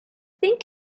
think